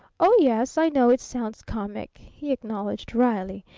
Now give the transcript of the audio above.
oh, yes, i know it sounds comic, he acknowledged wryly.